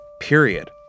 Period